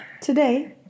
today